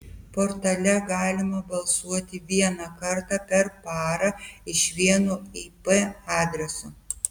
portale galima balsuoti vieną kartą per parą iš vieno ip adreso